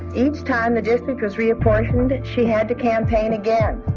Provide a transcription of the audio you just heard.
each time the district was reapportioned, she had to campaign again.